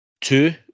Two